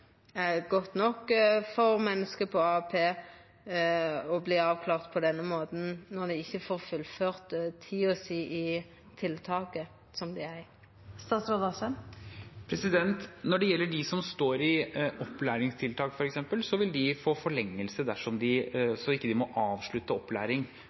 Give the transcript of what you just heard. godt nok for menneske på AAP å verta avklarte på denne måten, når dei ikkje får fullført tida si i tiltaket som dei er i? Når det gjelder f.eks. dem som står i opplæringstiltak, så vil de få forlengelse så de